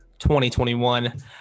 2021